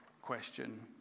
question